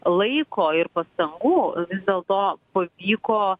laiko ir pastangų vis dėlto pavyko